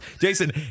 Jason